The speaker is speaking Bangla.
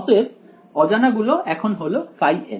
অতএব অজানা গুলো এখন হল n